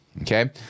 Okay